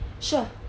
sure